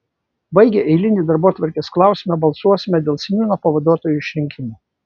baigę eilinį darbotvarkės klausimą balsuosime dėl seniūno pavaduotojų išrinkimo